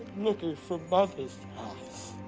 looking for mother's house.